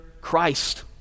Christ